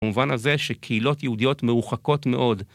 במובן הזה שקהילות יהודיות מרוחקות מאוד.